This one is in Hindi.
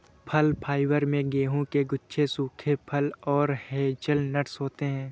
फल फाइबर में गेहूं के गुच्छे सूखे फल और हेज़लनट्स होते हैं